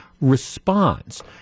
Responds